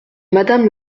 madame